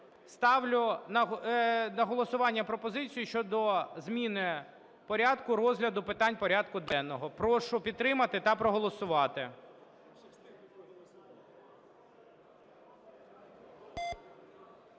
Ставлю на голосування пропозицію щодо зміни порядку розгляду питань порядку денного. Прошу підтримати та проголосувати.